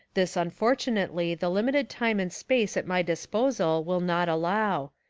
this unfor tunately the limited time and space at my dis posal will not allow,